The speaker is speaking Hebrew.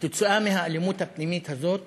כתוצאה מהאלימות הפנימית הזאת,